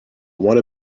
one